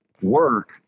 work